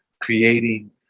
creating